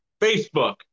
Facebook